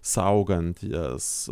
saugant jas